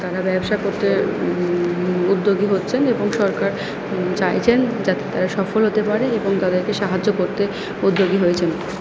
তারা ব্যবসা করতে উদ্যোগী হচ্ছেন এবং সরকার চাইছেন যাতে তারা সফল হতে পারে এবং তাদেরকে সাহায্য করতে উদ্যোগী হয়েছেন